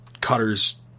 Cutter's